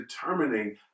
determining